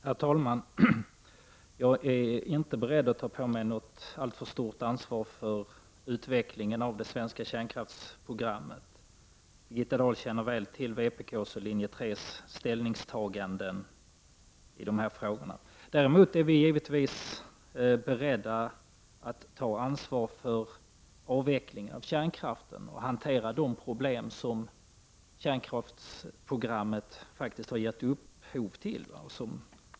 Herr talman! Jag är inte beredd att ta på mig något alltför stort ansvar för utvecklingen av det svenska kärnkraftsprogrammet. Birgitta Dahl känner väl till de ställningstaganden som vpk och linje 3 gjort i dessa frågor. Däremot är vi givetvis beredda att ta ansvar för avvecklingen av kärnkraften och hantera de problem som kärnkraftsprogrammet faktiskt har gett upphov till.